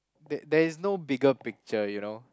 there there is no bigger picture you know